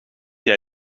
jij